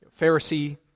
Pharisee